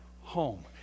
home